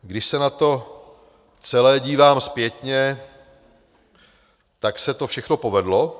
Když se na to celé dívám zpětně, tak se to všechno povedlo.